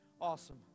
Awesome